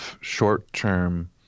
short-term